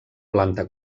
planta